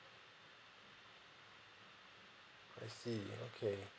I see okay